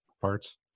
parts